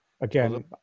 Again